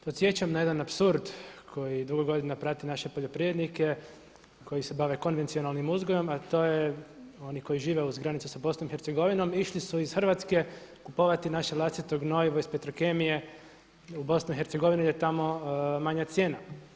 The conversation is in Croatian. Podsjećam na jedan apsurd koji dugo godina prati naše poljoprivrednike koji se bave konvencionalnim uzgojem, a to je oni koji žive uz granicu sa BIH išli su iz Hrvatske kupovati naše vlastito gnojivo iz Petrokemije u BiH jer je tamo manja cijena.